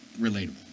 relatable